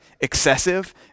excessive